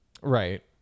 Right